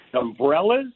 umbrellas